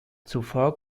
zuvor